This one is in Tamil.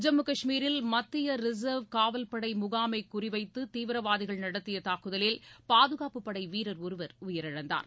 ஜம்மு கஷ்மீரில் மத்திய ரிசர்வ் காவல்படை முகாமை குறித்து தீவிரவாதிகள் நடத்திய தாக்குதலில் பாதுகாப்புப் படை வீரர் ஒருவர் உயிரிழந்தார்